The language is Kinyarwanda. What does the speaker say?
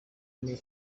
mirongo